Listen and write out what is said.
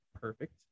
Perfect